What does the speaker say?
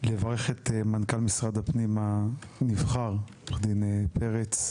לברך את מנכ"ל משרד הפנים הנבחר, עו"ד פרץ,